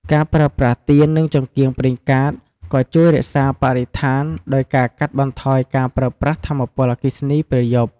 ការប្រើប្រាស់ទៀន និងចង្កៀងប្រេងកាតក៏ជួយរក្សាបរិស្ថានដោយការកាត់បន្ថយការប្រើប្រាស់ថាមពលអគ្គិសនីពេលយប់។